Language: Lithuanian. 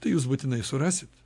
tai jūs būtinai surasit